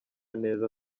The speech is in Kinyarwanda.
neza